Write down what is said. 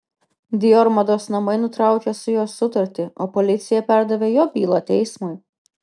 dior mados namai nutraukė su juo sutartį o policija perdavė jo bylą teismui